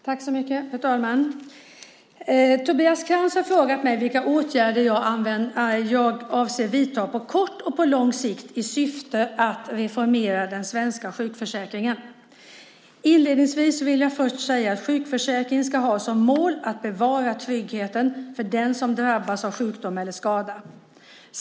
Fru talman! Tobias Krantz har frågat mig vilka åtgärder jag avser att vidta, på kort och på lång sikt, i syfte att reformera den svenska sjukförsäkringen. Inledningsvis vill jag först säga att sjukförsäkringen ska ha som mål att bevara tryggheten för den som drabbas av sjukdom eller skada.